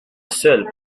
seul